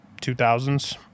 2000s